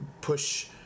push